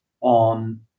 on